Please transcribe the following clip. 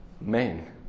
men